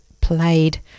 played